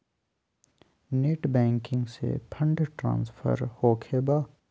Net banking से fund transfer होखें बा?